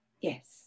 yes